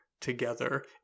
together